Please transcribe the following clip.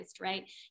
right